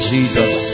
Jesus